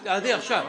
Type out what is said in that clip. אני, עכשיו.